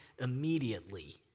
immediately